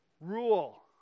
Rule